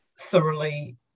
thoroughly